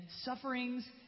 sufferings